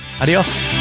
Adios